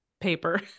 paper